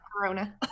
corona